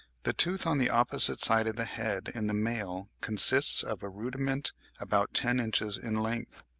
the tooth on the opposite side of the head in the male consists of a rudiment about ten inches in length,